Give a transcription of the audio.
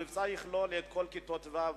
המבצע יכלול את כל כיתות ו',